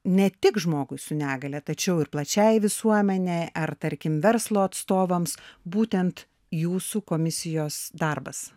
ne tik žmogui su negalia tačiau ir plačiai visuomenei ar tarkim verslo atstovams būtent jūsų komisijos darbas